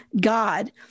God